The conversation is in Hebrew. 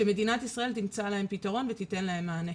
שמדינת ישראל תמצא להם פתרון ותיתן להם מענה.